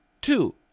two